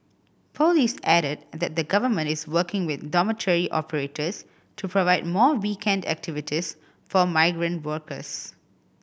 police added that the Government is working with dormitory operators to provide more weekend activities for migrant workers